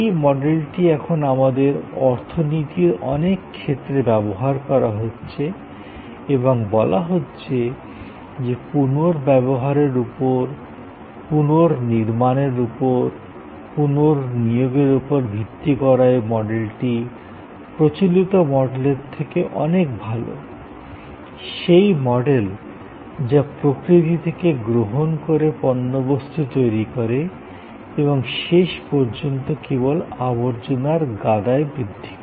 এই মডেলটি এখন আমাদের অর্থনীতির অনেক ক্ষেত্রে ব্যবহার করা হচ্ছে এবং বলা হচ্ছে যে পুনর্ব্যবহারের উপর পুনর্নির্মাণের উপর পুনর্নিয়োগের উপর ভিত্তি করা এই মডেলটি প্রচলিত মডেলের থেকে অনেক ভালো সেই মডেল যা প্রকৃতি থেকে গ্রহণ করে পণ্যবস্তূ তৈরী করে এবং শেষ পর্যন্ত কেবল আবর্জনা বৃদ্ধি করে